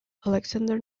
alexander